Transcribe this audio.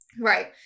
right